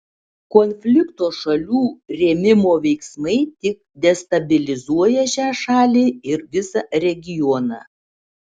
konflikto šalių rėmimo veiksmai tik destabilizuoja šią šalį ir visą regioną